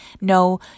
no